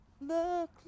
Look